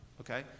okay